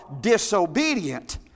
disobedient